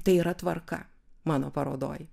tai yra tvarka mano parodoj